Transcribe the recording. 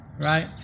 right